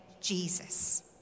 Jesus